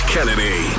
Kennedy